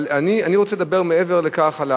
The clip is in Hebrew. אבל אני רוצה לדבר מעבר לכך,